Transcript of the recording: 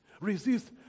Resist